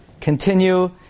continue